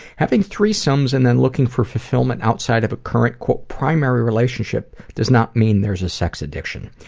having threesomes and then looking for fulfillment outside of a current primary relationship does not mean there's a sex addiction.